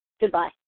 Goodbye